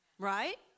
right